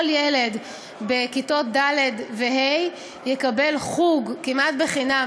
כל ילד בכיתות ד' וה' יקבל חוג כמעט בחינם,